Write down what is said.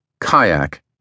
Kayak